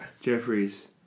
Jeffries